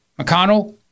McConnell